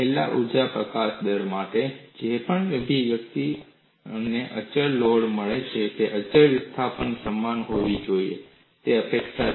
છેલ્લે ઊર્જા પ્રકાશન દર માટે જે પણ અભિવ્યક્તિ મને અચળ લોડમાં મળે છે તે અચળ વિસ્થાપન સમાન હોવી જોઈએ તે અપેક્ષા છે